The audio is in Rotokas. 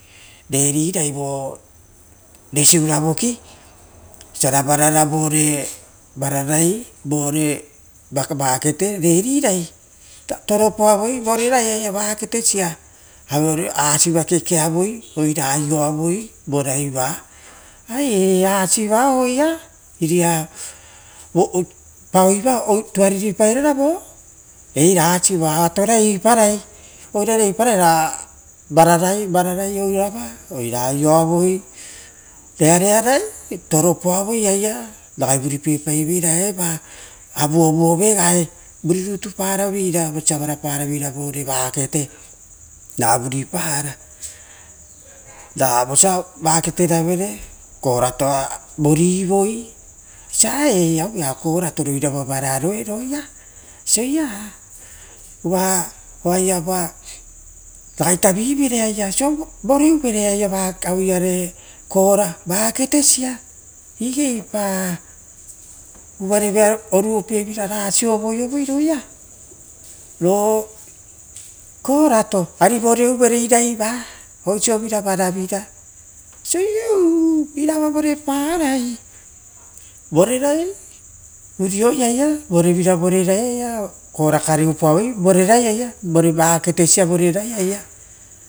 Vatotoporai vo voresiurapa vori oso va vavava vore rai aia vaketesia, oire. Asiva kekeavoi oira aioavoi vo raiva ae asiva oia iria pauiva tuariri pairara voia, asiva atora, iparai, oirare i parara vavarai oirova oira aioavoi rearearai toropoavoi aia, ragai vuripiepaireira eva avuavuove gae vuri rutu para veira vosa vara para vore raketee ra vari para; ra vosa vaketeraverera koratoa vovivo sae korato ro irava vuranoe roia, uva oaiava ragai tavivere aia, voreavere aueva kora vaketesia igeipa uvare uruopievina ra sovoiovoi roia ro korato ari voreuvere iraiva oisio vira varavira oisio iu irava vara panai vorerai urioi aia vorevina vorerai aia, korakare opoavoi vorerai aia vaketesa vorerai aia.